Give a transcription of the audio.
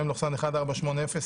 מ/1480,